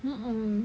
mm mm